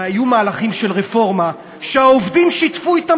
הרי היו מהלכים של רפורמה שהעובדים שיתפו אתם